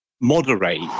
moderate